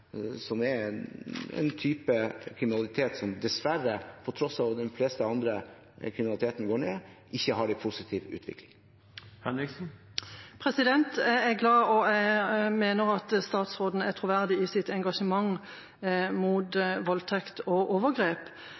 er en type kriminalitet som dessverre, på tross av at de fleste andre former for kriminalitet går ned, ikke har en positiv utvikling. Jeg er glad for – og mener – at statsråden er troverdig i sitt engasjement mot voldtekt og overgrep.